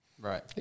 Right